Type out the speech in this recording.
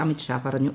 അമിത് ഷാ പറഞ്ഞു